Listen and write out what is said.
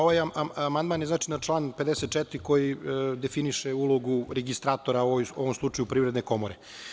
Ovaj amandman na član 54. definiše ulogu registratora, u ovom slučaju Privredne komore.